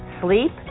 sleep